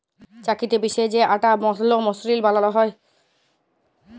চাক্কিতে পিসে যে আটা ভাল মসৃল বালাল হ্যয়